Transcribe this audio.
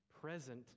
present